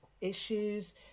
issues